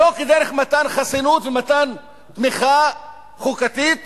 לא דרך מתן חסינות ומתן תמיכה חוקתית